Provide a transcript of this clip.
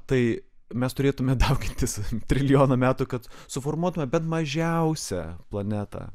tai mes turėtume daugintis trilijoną metų kad suformuotume bent mažiausia planeta